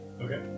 Okay